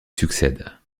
succède